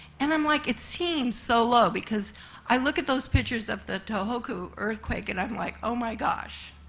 and i'm, like, it seems so low. because i look at those pictures of the tohoku earthquake, and i'm, like, oh my gosh.